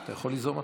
אתה יכול ליזום אתה.